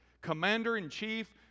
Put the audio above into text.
Commander-in-Chief